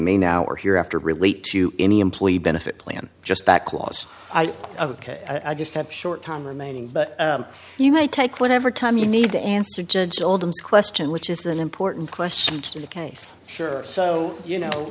may now or hereafter relate to any employee benefit plan just back clause of i just have short time remaining but you might take whatever time you need to answer judge oldham's question which is an important question to the case sure so you know